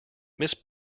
miss